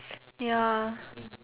ya